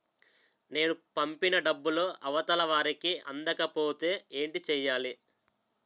నేను పంపిన డబ్బులు అవతల వారికి అందకపోతే ఏంటి చెయ్యాలి?